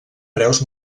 preus